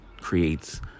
creates